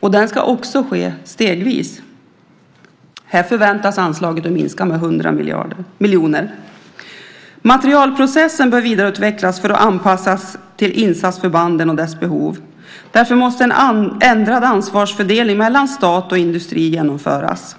Den ska också ske stegvis. Här förväntas anslaget minska med 100 miljoner. Materielprocessen bör vidareutvecklas för att anpassas till insatsförbanden och deras behov. Därför måste en ändrad ansvarsfördelning mellan stat och industri genomföras.